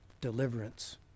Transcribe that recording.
deliverance